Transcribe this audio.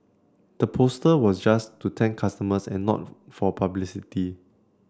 the poster was just to thank customers and not for publicity